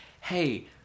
hey